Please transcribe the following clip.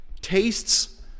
Tastes